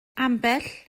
ambell